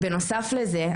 בנוסף לזה,